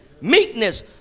meekness